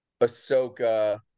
Ahsoka